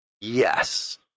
Yes